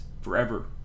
forever